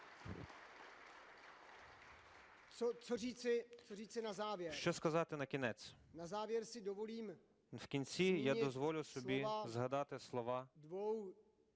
Що сказати на кінець? В кінці я дозволю собі згадати слова